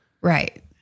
Right